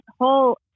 whole